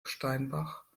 steinbach